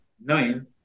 nine